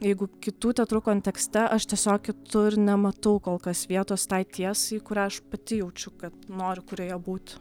jeigu kitų teatrų kontekste aš tiesiog kitur nematau kol kas vietos tai tiesai kurią aš pati jaučiu kad noriu kurioje būt